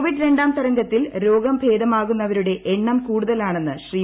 Covid രണ്ടാം തരംഗത്തിൽ രോഗം ഭേദമാകുന്നവരുടെ എണ്ണം കൂടുതലാണെന്ന് ശ്രീ